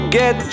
get